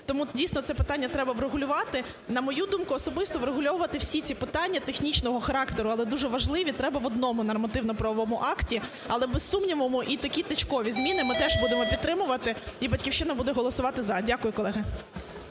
тому, дійсно, це питання треба врегулювати. На мою думку особисту, врегульовувати всі ці питання технічного характеру, але дуже важливі, треба в одному нормативно-правовому акті. Але без сумніву і такі точкові зміни ми теж будемо підтримувати, і "Батьківщина" буде голосувати "за". Дякую, колеги.